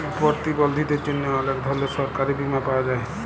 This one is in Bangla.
পরতিবলধীদের জ্যনহে অলেক ধরলের সরকারি বীমা পাওয়া যায়